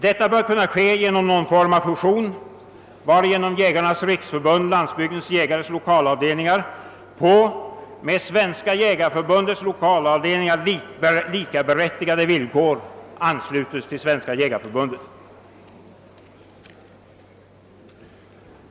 Detta bör kunna ske genom någon form av fusion varigenom Jägarnas riksförbund—Landsbygdens jägares lokalavdelningar på med Svenska jägareförbundets lokalavdelningar likaberättigade villkor anlutes till Svenska jägareförbundet.